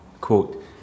quote